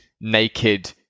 naked